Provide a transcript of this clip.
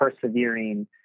persevering